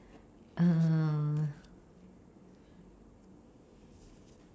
um